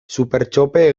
supertxope